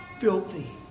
filthy